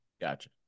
Gotcha